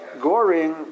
goring